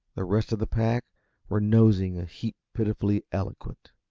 the rest of the pack were nosing a heap pitifully eloquent.